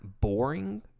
boring